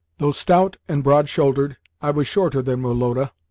though stout and broad-shouldered, i was shorter than woloda,